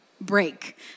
break